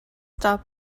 stop